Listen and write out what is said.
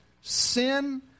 sin